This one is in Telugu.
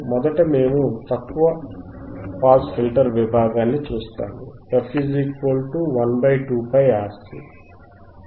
మొదట మేము తక్కువ పాస్ ఫిల్టర్ విభాగాన్ని చూస్తాము f 1 2πRC